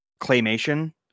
claymation